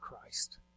Christ